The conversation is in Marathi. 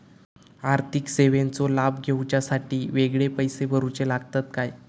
आर्थिक सेवेंचो लाभ घेवच्यासाठी वेगळे पैसे भरुचे लागतत काय?